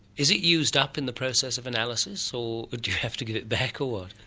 is it used up in the process of analysis or do you have to give it back or what?